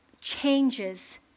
changes